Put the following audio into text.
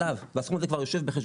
והסכום הזה כבר יושב בחשבונות